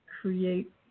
create